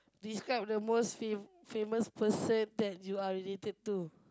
describe the most fav~ famous person that you are related to